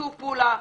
שיתוף פעולה,